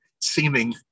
seeming